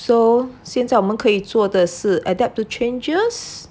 so 现在可以做的是 adapt to changes